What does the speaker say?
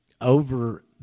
Over